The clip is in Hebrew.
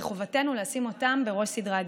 וחובתנו לשים אותם בראש סדר העדיפויות.